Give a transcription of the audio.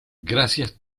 gracias